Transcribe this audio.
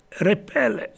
repel